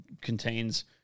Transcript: contains